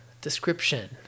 description